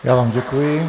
Já vám děkuji.